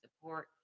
support